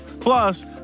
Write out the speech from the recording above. Plus